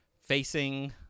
facing